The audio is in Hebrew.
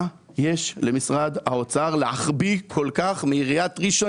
מה יש למשרד האוצר להחביא מעיריית ראשון